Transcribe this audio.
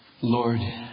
Lord